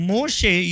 Moshe